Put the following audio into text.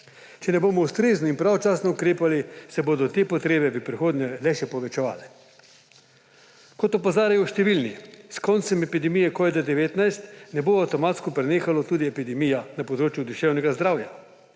Če ne bomo ustrezno in pravočasno ukrepali, se bodo te potrebe v prihodnje le še povečevale. Kot opozarjajo številni s koncem epidemije covida-19 ne bo avtomatsko prenehala tudi epidemija na področju duševnega zdravja,